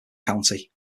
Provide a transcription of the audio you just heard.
county